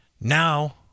now